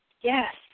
yes